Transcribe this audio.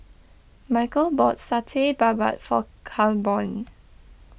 Michal bought Satay Babat for Claiborne